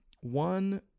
One